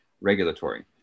regulatory